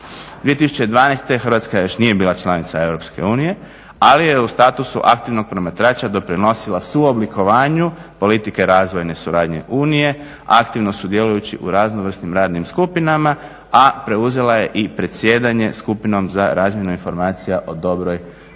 2012. Hrvatska još nije bila članica EU ali je u statusu aktivnog promatrača doprinosila suoblikovanju politike razvojne suradnje unije, aktivno sudjelujući u raznovrsnim radnim skupinama, a preuzela je i predsjedanje skupinom za razmjenu informacija o dobroj